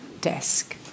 desk